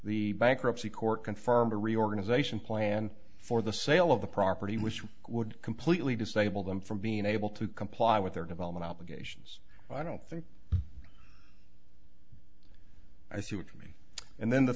the bankruptcy court confirmed a reorganization plan for the sale of the property which would completely disable them from being able to comply with their development applications i don't think i threw it for me and then the